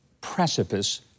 precipice